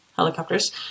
helicopters